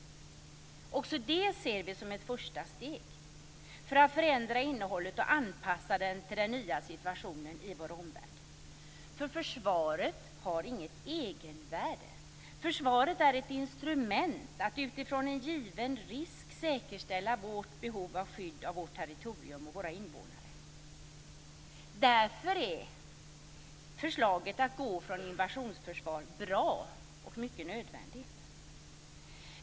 Även det ser vi som ett första steg för att förändra innehållet och anpassa det till den nya situationen i vår omvärld. Försvaret har inget egenvärde. Försvaret är ett instrument för att utifrån en given risk säkerställa vårt behov av skydd av vårt territorium och våra invånare. Därför är förslaget att gå från invasionsförsvar bra och mycket nödvändigt.